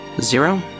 Zero